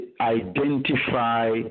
identify